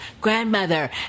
Grandmother